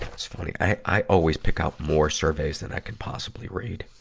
it's funny, i, i always pick out more surveys than i can possibly read.